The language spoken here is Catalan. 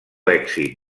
èxit